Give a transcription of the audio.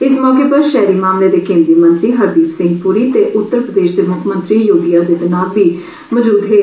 इस मौके पर शहरी मामले दे केंद्रीय मंत्री हरदीप सिंह पुरी ते उत्तर प्रदेश दे म्ख्यमंत्री योगी आदित्यनाथ बी मौजूद हे